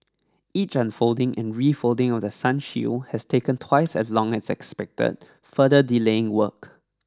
each unfolding and refolding of the sun shield has taken twice as long as expected further delaying work